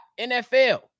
NFL